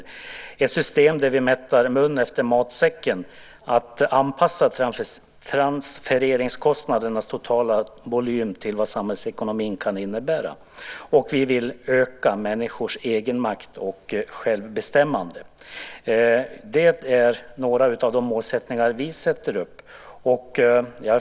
Det är ett system där vi rättar mun efter matsäcken och anpassar transfereringskostnadernas totala volym till vad samhällsekonomin kan bära. Vi vill öka människors egen makt och självbestämmande. Det är några av de mål vi sätter upp.